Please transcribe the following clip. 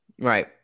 Right